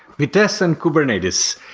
vitess and kubernetes.